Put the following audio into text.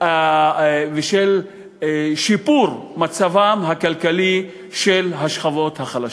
ושל שיפור מצבן הכלכלי של השכבות החלשות.